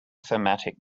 thematic